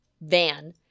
van